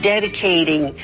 dedicating